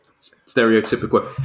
stereotypical